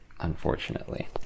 unfortunately